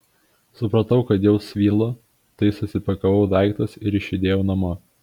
supratau kad jau svylu tai susipakavau daiktus ir išjudėjau namo